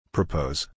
Propose